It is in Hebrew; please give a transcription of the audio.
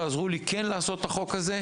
תעזרו לי כן לעשות את החוק הזה,